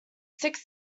six